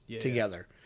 together